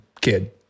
kid